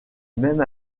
même